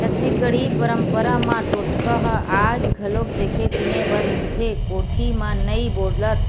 छत्तीसगढ़ी पंरपरा म टोटका ह आज घलोक देखे सुने बर मिलथे कोठी म नइ बोलत